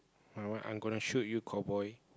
one on one I'm gonna shoot you cowboy